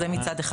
זה מצד אחד.